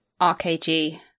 rkg